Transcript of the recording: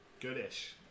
Good-ish